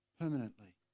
permanently